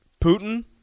Putin